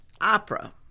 opera